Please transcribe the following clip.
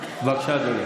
אמרת את זה בבוקר.